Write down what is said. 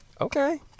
Okay